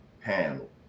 panel